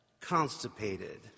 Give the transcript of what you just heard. constipated